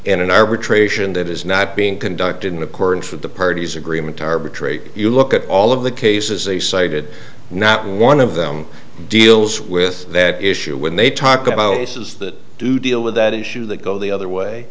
in an arbitration that is not being conducted in accordance with the party's agreement to arbitrate you look at all of the cases they cited and not one of them deals with that issue when they talk about is that do deal with that issue that go the other way